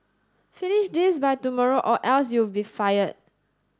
finish this by tomorrow or else you'll be fired